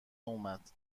اومد